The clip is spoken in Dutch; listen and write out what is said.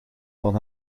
van